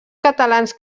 catalans